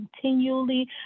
continually